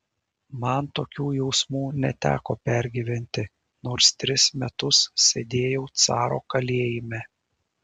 man tokių jausmų neteko pergyventi nors tris metus sėdėjau caro kalėjime